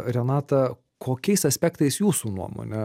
renata kokiais aspektais jūsų nuomone